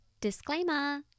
Disclaimer